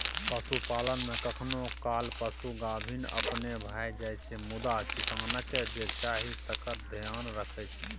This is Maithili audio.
पशुपालन मे कखनो काल पशु गाभिन अपने भए जाइ छै मुदा किसानकेँ जे चाही तकर धेआन रखै छै